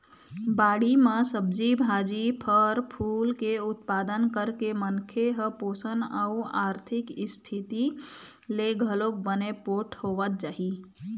बाड़ी म सब्जी भाजी, फर फूल के उत्पादन करके मनखे ह पोसन अउ आरथिक इस्थिति ले घलोक बने पोठ होवत जाही